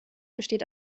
besteht